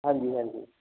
ਹਾਂਜੀ ਹਾਂਜੀ